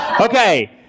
Okay